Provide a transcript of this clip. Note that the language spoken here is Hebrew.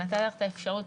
נתתי לך את האפשרות,